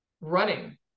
running